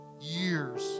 years